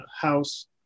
house